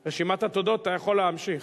את רשימת התודות אתה יכול להמשיך.